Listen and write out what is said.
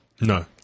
no